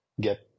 get